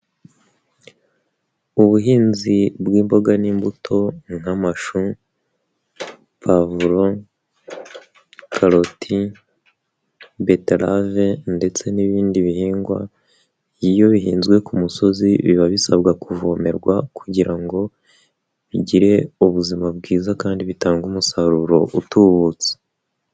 Ubuhinzi bw'imboga n'imbuto nk'amashu, pavuro, karoti, betarave ndetse n'ibindi bihingwa iyo bihinzwe ku musozi biba bisabwa kuvomerwa kugira ngo bigire ubuzima bwiza kandi bitanga umusaruro utubutse.